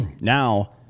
Now